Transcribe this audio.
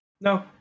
No